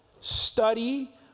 study